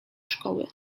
szkoły